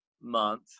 month